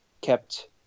kept